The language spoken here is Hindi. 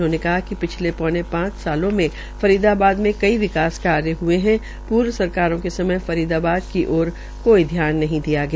उन्होंने कहा कि पिछले पौने पांच सालों में फरीदाबाद में कई विकास कार्य हये है पूर्व सरकारों के समय फरीदाबाद की ओर ध्यान नहीं दिया गया